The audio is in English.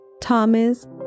Thomas